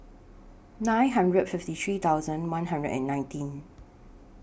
nine hundred fifty three thousand one hundred and nineteen